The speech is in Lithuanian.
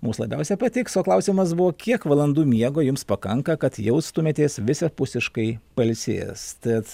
mums labiausia patiks o klausimas buvo kiek valandų miego jums pakanka kad jaustumėtės visapusiškai pailsėjęs